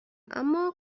اما